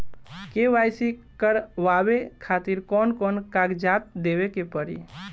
KYC करवावे खातिर कौन कौन कागजात देवे के पड़ी?